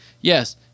Yes